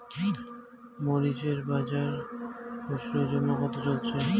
মরিচ এর বাজার খুচরো ও জমা কত চলছে?